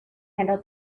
handle